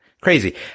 Crazy